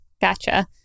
Gotcha